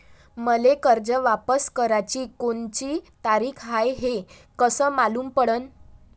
मले कर्ज वापस कराची कोनची तारीख हाय हे कस मालूम पडनं?